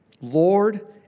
Lord